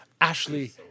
Ashley